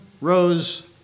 rose